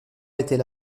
était